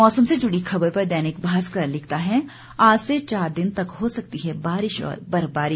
मौसम से जुड़ी खबर पर दैनिक भास्कर लिखता है आज से चार दिन तक हो सकती है बारिश और बर्फबारी